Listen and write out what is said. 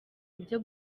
ibyo